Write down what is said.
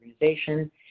organization